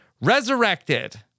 resurrected